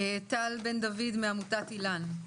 מעמותת "איל"ן".